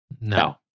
No